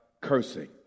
cursing